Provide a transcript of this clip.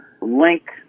link